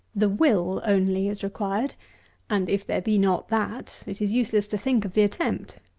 the will only is required and, if there be not that, it is useless to think of the attempt.